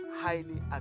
Highly